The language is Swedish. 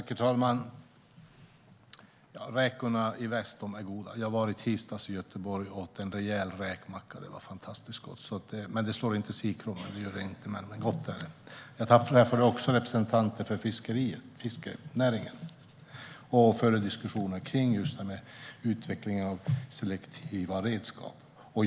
Herr talman! Räkorna i väst är goda. I tisdags var jag i Göteborg och åt då en rejäl räkmacka. Det var fantastiskt gott även om det inte slår sikrommen. Det gör det inte, men gott är det! Jag träffade också representanter för fiskerinäringen och förde diskussioner just kring utvecklingen av selektiva redskap.